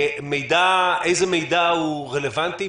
איזה מידע הוא רלוונטי?